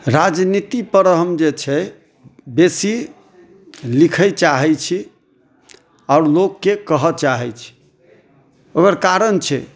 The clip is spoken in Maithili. राजनीति पर हम जे छै बेसी लिखय चाहै छी आओर लोक के कहऽ चाहै छी ओकर कारण छै